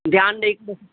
ध्यानु ॾेई